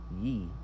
ye